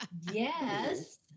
Yes